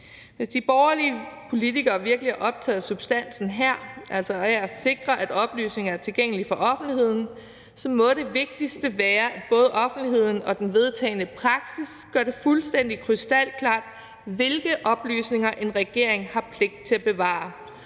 Hvis de borgerlige politikere virkelig er optaget af substansen her, altså af at sikre, at oplysninger er tilgængelige for offentligheden, må det vigtigste være, at både offentligheden og den vedtagne praksis gør det fuldstændig krystalklart, hvilke oplysninger en regering har pligt til at bevare